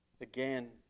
Again